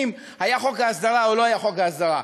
שהיה חוק ההסדרה ובין שלא היה חוק ההסדרה.